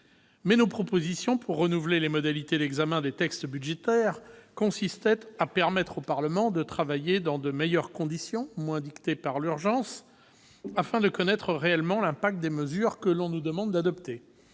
Nos propositions pour renouveler les modalités d'examen des textes budgétaires consistaient à permettre au Parlement de travailler dans de meilleures conditions, moins dictées par l'urgence, afin de connaître réellement l'impact des mesures que l'on lui demande d'adopter.